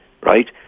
Right